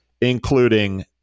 including